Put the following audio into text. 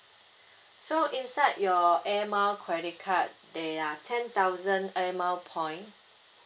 so inside your air mile credit card there are ten thousand air mile point